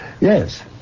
Yes